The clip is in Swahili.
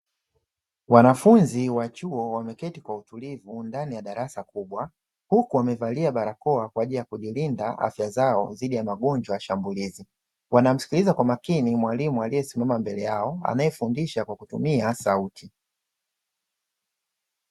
Wanafunzi wa chuo wameketi kwa utulivu ndani ya darasa kubwa, huku wamevalia barakoa kwa ajili ya kujilinda afya zao dhidi ya magonjwa shambulizi. Wanamsikiliza kwa makini mwalimu aliyesimama mbele yao anayefundisha kwa kutumia sauti.